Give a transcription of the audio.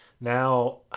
now